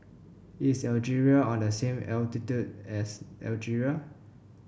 is Algeria on the same latitude as Algeria